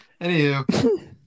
anywho